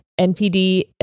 npd